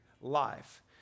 life